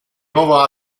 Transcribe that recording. nuovo